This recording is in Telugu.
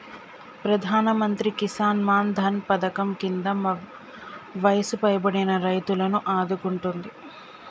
ప్రధానమంత్రి కిసాన్ మాన్ ధన్ పధకం కింద వయసు పైబడిన రైతులను ఆదుకుంటుంది